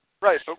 Right